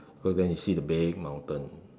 cause then you see the big mountain